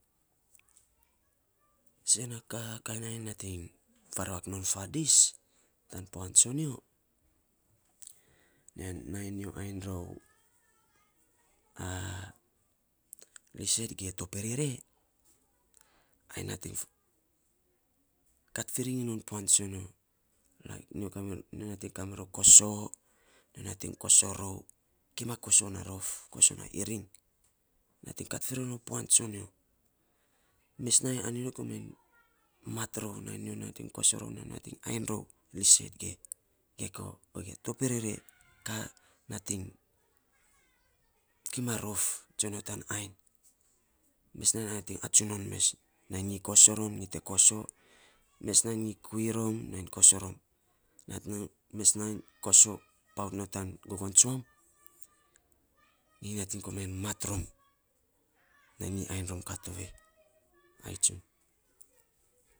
Sen a ka, kainy ainy nating farusk non fadis tan puan tsonyo ge nai nyo ainy ror liset ge toperere ai nating kat firing non puan tsomyo nainy nyi kamirou kusoo. Nyo nating kosoo rou, kima kosoo na rof kosoo na iring nating kat, firing non puan tsonyo mes nainy ana nyo komainy mat rou, nainy nyo nating kosoo rou nainy nyo nating ainy rou liset ge gekoo toperere. Ka nating kima rof tsu nyo tan ainy, mes nainy nating atsun non mes. Nyi kosoo rom nyi te kosoo, mes nainy nyi kuri rom nainy kosoo rom kosoo paut non tan gogon tsuam nyi nating komainy mat rom nainy nyi ainy rom ka tovei. ai tsun.